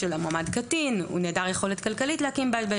המדע.